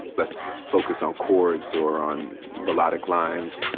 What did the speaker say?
less focus on chords or on melodic lines